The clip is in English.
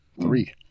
three